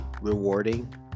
rewarding